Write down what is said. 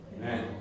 Amen